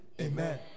Amen